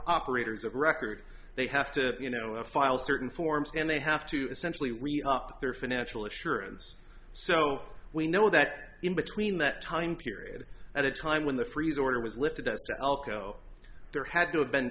operators of record they have to you know file certain forms and they have to essentially up their financial assurance so we know that in between that time period at a time when the freeze order was lifted as to elko there had to have been